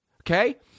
okay